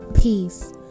peace